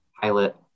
pilot